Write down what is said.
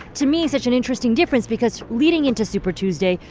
to me, such an interesting difference because leading into super tuesday,